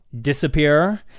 disappear